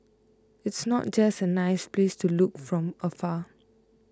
it's not just a nice place to look from afar